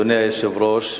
אדוני היושב-ראש,